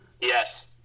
Yes